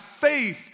faith